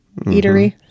eatery